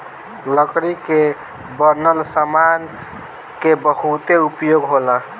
लकड़ी के बनल सामान के बहुते उपयोग होला